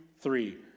three